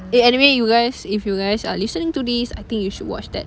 eh anyway you guys if you guys are listening to this I think you should watch that